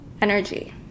energy